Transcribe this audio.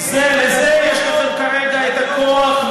לזה יש לכם כרגע את הכוח,